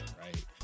right